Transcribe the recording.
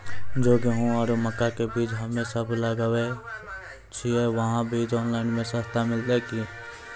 जे गेहूँ आरु मक्का के बीज हमे सब लगावे छिये वहा बीज ऑनलाइन मे सस्ता मिलते की?